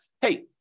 hey